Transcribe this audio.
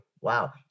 Wow